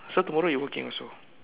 so tomorrow you working also